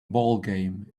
ballgame